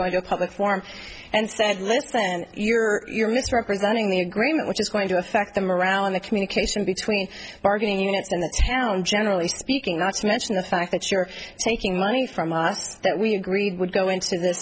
going to a public form and said look you're you're misrepresenting the agreement which is going to affect them around the communication between bargaining it down generally speaking not to mention the fact that you're taking money from us that we agreed would go into th